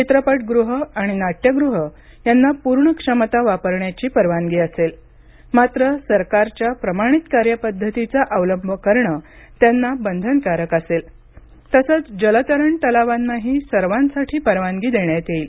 चित्रपट गृहं आणि नाट्यगृहं यांना पूर्ण क्षमता वापरण्याची परवानगी असेल मात्र सरकारच्या प्रमाणित कार्यपद्धतीचा अवलंब करणं त्यांना बंधनकारक असेल तसंच जलतरण तलावांनाही सर्वांसाठी परवानगी देण्यात येईल